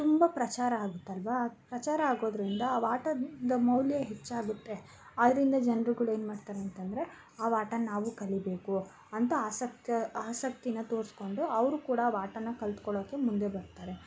ತುಂಬ ಪ್ರಚಾರ ಆಗುತ್ತಲ್ವಾ ಆ ಪ್ರಚಾರ ಆಗೋದ್ರಿಂದ ಆ ಆಟದ ಮೌಲ್ಯ ಹೆಚ್ಚಾಗುತ್ತೆ ಆದ್ದರಿಂದ ಜನ್ರುಗಳು ಏನ್ಮಾಡ್ತಾರೆ ಅಂತಂದರೆ ಆ ಆಟ ನಾವು ಕಲಿಬೇಕು ಅಂತ ಆಸಕ್ತ ಆಸಕ್ತಿನ ತೋರ್ಸ್ಕೊಂಡು ಅವರು ಕೂಡ ಆ ಆಟನ ಕಲ್ತ್ಕೊಳ್ಳೋಕ್ಕೆ ಮುಂದೆ ಬರ್ತಾರೆ